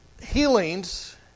healings